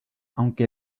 aunque